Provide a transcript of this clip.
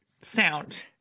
sound